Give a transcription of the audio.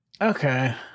okay